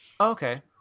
Okay